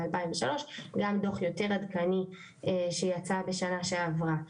דו"ח משנת 2003 וגם דו"ח יותר עדכני שיצא בשנה שעברה,